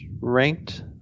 ranked